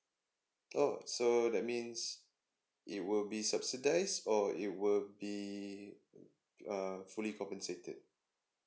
oh so that means it will be subsidized or it will be uh fully compensated